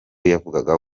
yavugaga